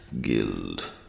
Guild